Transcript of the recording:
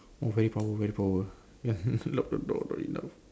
oh very power very power you have to lock the door